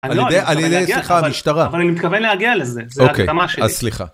‫אני לא מתכוון להגיע לזה, ‫זה התאמה שלי. ‫-אז סליחה.